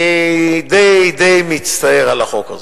אני אומר לך: אני די מצטער על החוק הזה.